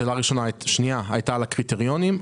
שאלה שנייה הייתה לגבי הקריטריונים.